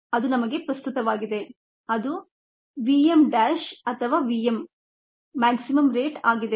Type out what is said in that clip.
ಅದು ನಮಗೆ ಪ್ರಸ್ತುತವಾಗಿದೆ ಅದು vm dash ಅಥವಾ vm ಗರಿಷ್ಠ ದರ ಆಗಿದೆ